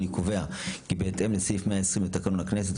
אני קובע כי בהתאם לסעיף 120 לתקנון הכנסת,